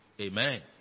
Amen